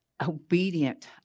obedient